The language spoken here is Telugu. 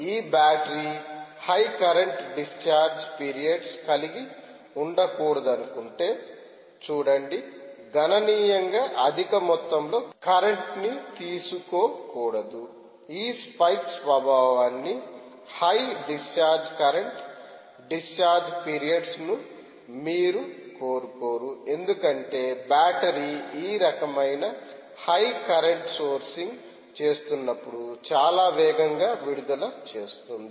ఈ battery high current discharge periods కలిగి ఉండకూడదనుకుంటే చూడండిగణనీయంగా అధిక మొత్తంలో కరెంట్ నితీసుకోకూడదుఈ స్పైకీ స్వభావాన్ని high discharge current discharge periods ను మీరు కోరుకోరు ఎందుకంటే బ్యాటరీ ఈ రకమైన హై కరెంట్ సోర్సింగ్ చేస్తున్నప్పుడు చాలా వేగంగా విడుదల చేస్తుంది